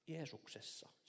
Jeesuksessa